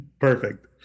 Perfect